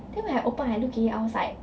then when I open I look into it I was like